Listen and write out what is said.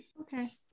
okay